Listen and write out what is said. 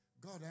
God